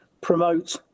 promote